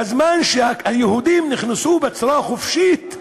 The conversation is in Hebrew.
בזמן שהיהודים נכנסו בצורה חופשית.